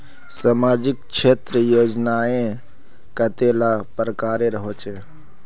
सामाजिक क्षेत्र योजनाएँ कतेला प्रकारेर होचे?